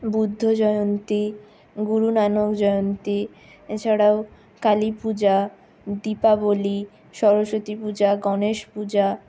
বুদ্ধ জয়ন্তী গুরু নানক জয়ন্তী এছাড়াও কালী পূজা দীপাবলি সরস্বতী পূজা গণেশ পূজা